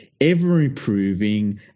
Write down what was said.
ever-improving